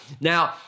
Now